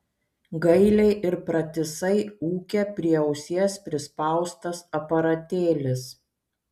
gailiai ir pratisai ūkia prie ausies prispaustas aparatėlis